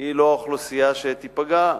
היא לא האוכלוסייה שתיפגע.